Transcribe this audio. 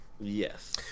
Yes